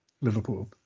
Liverpool